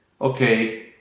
okay